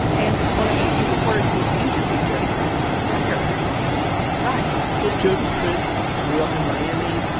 and one of the few reporters who has interviewed jody kriss on the record is tim o'brien well, jody kriss grew up in miami.